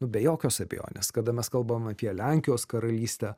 be jokios abejonės kada mes kalbam apie lenkijos karalystę